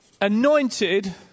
anointed